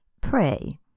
Pray